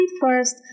first